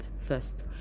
first